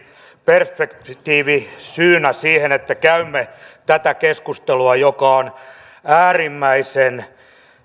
perspektiivi syynä siihen että käymme tätä keskustelua joka on äärimmäisen